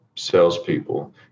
Salespeople